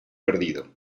perdido